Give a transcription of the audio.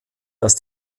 dass